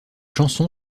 chanson